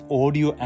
audio